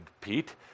Pete